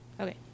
Okay